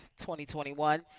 2021